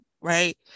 right